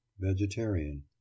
VEGETARIAN